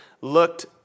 looked